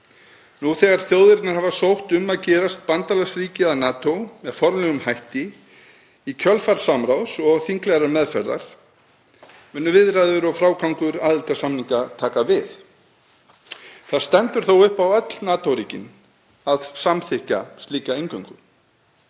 Nú þegar þjóðirnar hafa sótt um að gerast bandalagsríki NATO með formlegum hætti í kjölfar samráðs og þinglegrar meðferðar munu viðræður og frágangur aðildarsamninga taka við. Það stendur þó upp á öll NATO-ríkin að samþykkja slíka inngöngu.